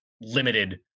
limited